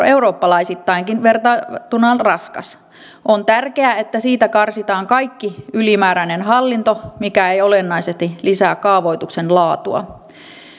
eurooppalaisittainkin vertailtuna raskas on tärkeää että siitä karsitaan kaikki ylimääräinen hallinto mikä ei olennaisesti lisää kaavoituksen laatua